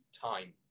time